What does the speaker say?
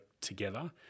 together